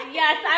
yes